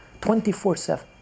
24-7